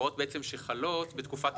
הוראות שחלות בתקופת המעבר.